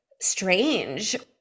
strange